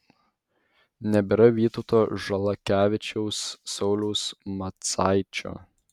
nebėra vytauto žalakevičiaus sauliaus macaičio